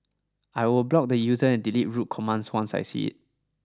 I will block the user and delete rude commands once I see it